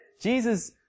Jesus